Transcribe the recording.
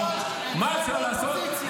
-- תכבד את החלטת העם --- מה אפשר לעשות?